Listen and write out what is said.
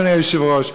אדוני היושב-ראש,